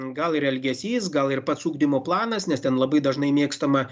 gal ir elgesys gal ir pats ugdymo planas nes ten labai dažnai mėgstama